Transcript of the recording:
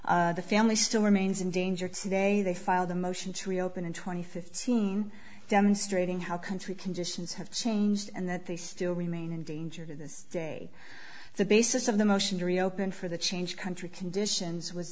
appeal the family still remains in danger today they filed a motion to reopen in twenty fifteen demonstrating how country conditions have changed and that they still remain in danger to this day the basis of the motion to reopen for the change country conditions was